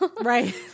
right